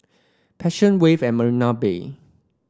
Passion Wave at Marina Bay